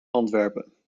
antwerpen